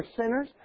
sinners